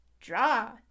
Draw